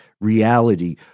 reality